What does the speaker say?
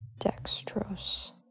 dextrose